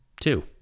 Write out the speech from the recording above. Two